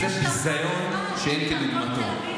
זה ביזיון שאין כדוגמתו.